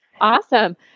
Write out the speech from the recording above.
Awesome